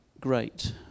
great